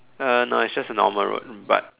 uh no it's just a normal road but